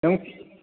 नों